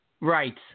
Right